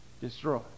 Destroy